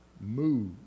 move